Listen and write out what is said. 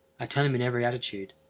i turned them in every attitude.